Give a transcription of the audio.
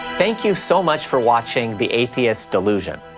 thank you so much for watching, the atheist delusion.